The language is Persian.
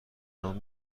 نان